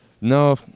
No